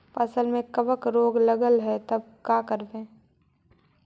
फसल में कबक रोग लगल है तब का करबै